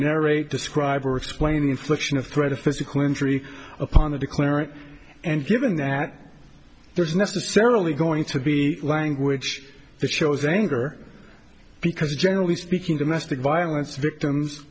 narrate describe or explain infliction of threat of physical injury upon the declarant and given that there's necessarily going to be language that shows anger because generally speaking domestic violence victims